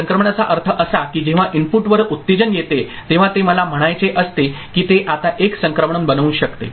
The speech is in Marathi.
संक्रमणाचा अर्थ असा की जेव्हा इनपुटवर उत्तेजन येते तेव्हा ते मला म्हणायचे असते की ते आता एक संक्रमण बनवू शकते